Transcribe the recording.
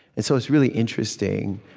and so it's really interesting